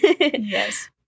Yes